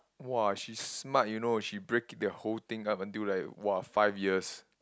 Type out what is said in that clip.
!wah! she smart you know she break it the whole thing up until like !wah! five years